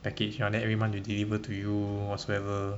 package ya then every month you deliver to you whatsoever